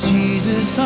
Jesus